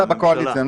היית בקואליציה.